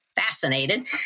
fascinated